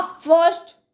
first